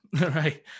right